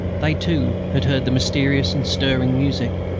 they, too, had heard the mysterious and stirring music.